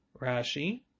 Rashi